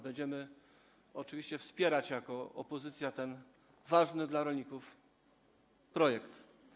Będziemy oczywiście wspierać jako opozycja ten ważny dla rolników projekt.